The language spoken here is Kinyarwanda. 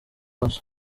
wese